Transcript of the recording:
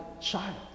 child